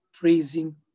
praising